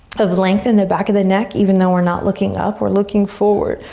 of length in the back of the neck even though we're not looking up, we're looking forward.